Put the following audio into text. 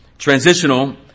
Transitional